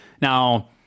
Now